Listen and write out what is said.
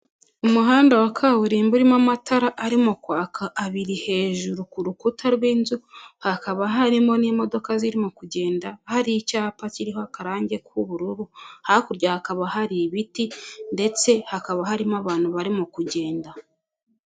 Umuhanda wa kaburimbo urimo amatara arimo kwaka abiri hejuru kurukuta rw'inzu hakaba harimo n'imodoka zirimo kugenda hari icyapa kiriho akarange k'ubururu hakurya hakaba hari ibiti ndetse hakaba harimo abantu barimo kugenda.